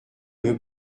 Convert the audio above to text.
veut